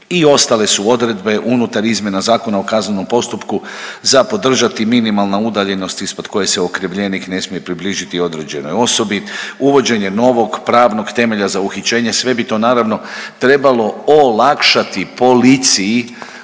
I ostale su odredbe unutar izmjena Zakona o kaznenom postupku za podržati. Minimalna udaljenost ispod koje se okrivljenik ne smije približiti određenoj osobi, uvođenje novog pravnog temelja za uhićenje, sve bi to naravno trebalo olakšati policiji